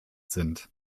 sind